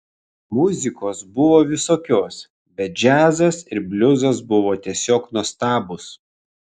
muzikos buvo visokios bet džiazas ir bliuzas buvo tiesiog nuostabūs